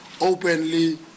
openly